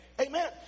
Amen